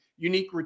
Unique